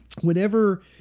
whenever